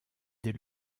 dès